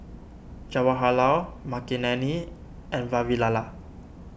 Jawaharlal Makineni and Vavilala